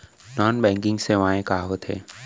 Non banking सेवाएं का होथे?